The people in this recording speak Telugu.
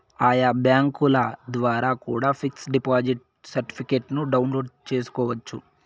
ఆయా బ్యాంకుల ద్వారా కూడా పిక్స్ డిపాజిట్ సర్టిఫికెట్ను డౌన్లోడ్ చేసుకోవచ్చు